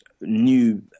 new